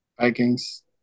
Vikings